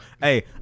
Hey